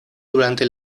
durante